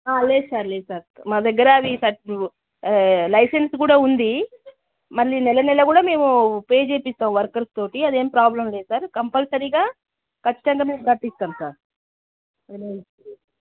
లేదు సార్ లేదు సార్ మా దగ్గర అవి లైసెన్స్ కూడా ఉంది మళ్ళీ నెల నెలా కూడా మేమూ పే చేపిస్తాం వర్కర్స్తోటి అదేమి ప్రాబ్లం లేదు సార్ కంపల్సరిగా ఖచ్చితంగా మేము కట్టిస్తాము సార్